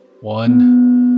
One